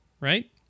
right